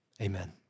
Amen